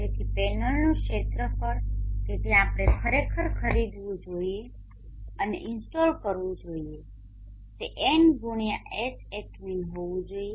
તેથી પેનલનું ક્ષેત્રફળ કે જે આપણે ખરેખર ખરીદવું જોઈએ અને ઇન્સ્ટોલ કરવું જોઈએ તે Whpv η×Hatmin હોવું જોઈએ